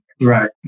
Right